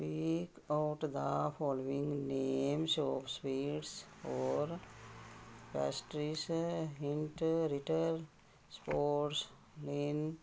speak out the following names of sweets for pastries hint Ritter sports ਨੇਨ